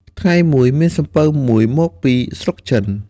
ថ្ងៃមួយ មានសំពៅមួយមកពីស្រុកចិន។